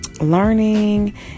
learning